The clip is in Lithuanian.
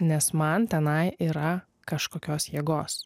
nes man tenai yra kažkokios jėgos